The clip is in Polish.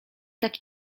tak